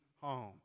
home